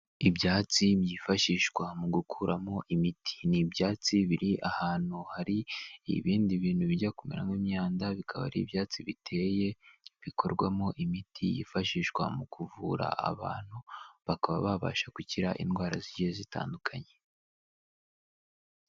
Ibyatsi byifashishwa mu gukuramo imiti, ni ibyatsi biri ahantu hari ibindi bintu bijya kumera nk'imyanda, bikaba ari ibyatsi biteye bikorwamo imiti yifashishwa mu kuvura abantu, bakaba babasha gukira indwara zigiye zitandukanye.